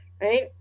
right